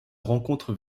rencontre